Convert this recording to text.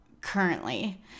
currently